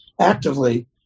actively